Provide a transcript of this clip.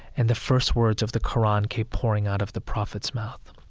and the first words of the qur'an came pouring out of the prophet's mouth.